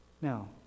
Now